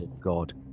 god